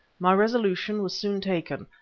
my resolution was soon taken.